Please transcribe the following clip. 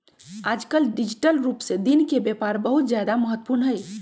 आजकल डिजिटल रूप से दिन के व्यापार बहुत ज्यादा महत्वपूर्ण हई